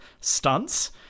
stunts